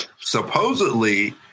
Supposedly